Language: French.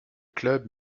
club